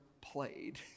played